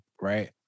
Right